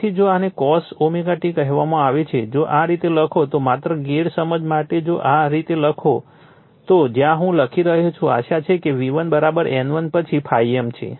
તેથી જો આને cos ωt કહેવામાં આવે છે જો આ રીતે લખો તો માત્ર ગેરસમજ માટે જો આ રીતે લખો તો જ્યાં હું લખી રહ્યો છું આશા છે કે V1 N1 પછી ∅ m છે